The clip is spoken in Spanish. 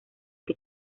que